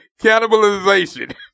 Cannibalization